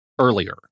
earlier